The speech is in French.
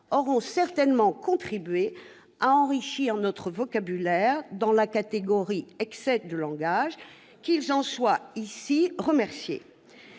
auront certainement contribué à enrichir notre vocabulaire dans la catégorie « excès de langage ». Qu'ils en soient ici remerciés